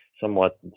somewhat